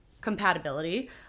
compatibility